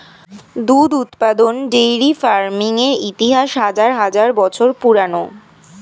দুধ উৎপাদন dairy farming এর ইতিহাস হাজার হাজার বছর পুরানো